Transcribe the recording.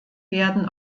werden